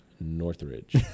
northridge